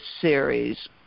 series